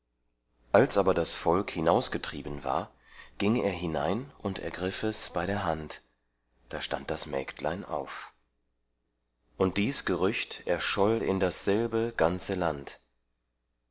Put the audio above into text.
als aber das volk hinausgetrieben war ging er hinein und ergriff es bei der hand da stand das mägdlein auf und dies gerücht erscholl in dasselbe ganze land